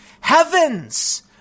Heavens